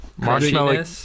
Marshmallow